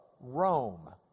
Rome